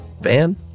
van